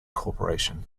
corporation